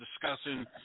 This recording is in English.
discussing